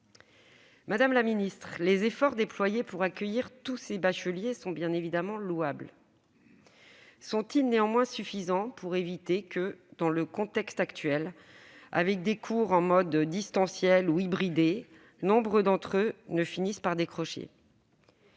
Madame la ministre, les efforts déployés pour accueillir tous ces bacheliers sont bien évidemment louables. Sont-ils néanmoins suffisants pour éviter que, dans le contexte actuel, avec des cours en mode distanciel ou hybridé, nombre d'entre eux ne finissent par décrocher ?